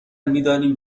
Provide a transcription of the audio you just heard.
میدانیم